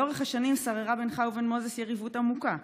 לאורך השנים שררה בינך לבין מוזס יריבות עמוקה.